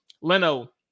Leno